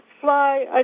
fly